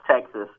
Texas